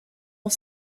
ont